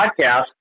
podcast